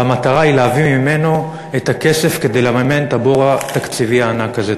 והמטרה היא להביא ממנו את הכסף כדי לממן את הבור התקציבי הענק הזה.